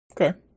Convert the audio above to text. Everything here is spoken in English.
Okay